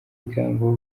ibigango